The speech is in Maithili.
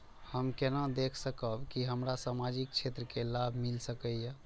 हम केना देख सकब के हमरा सामाजिक क्षेत्र के लाभ मिल सकैये?